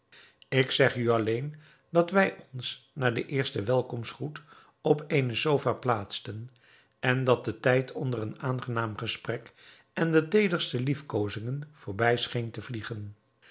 ik zeg u alleen dat wij ons na den eersten welkomstgroet op eene sofa plaatsten en dat de tijd onder een aangenaam gesprek en de teederste liefkozingen voorbij scheen te vliegen